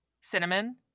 cinnamon